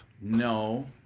No